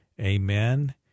Amen